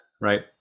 right